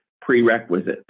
prerequisites